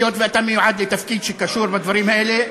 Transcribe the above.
היות שאתה מיועד לתפקיד שקשור בדברים האלה,